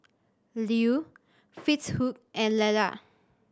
Lew Fitzhugh and Lela